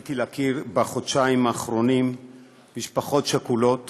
זכיתי להכיר בחודשיים האחרונים משפחות שכולות